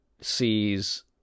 sees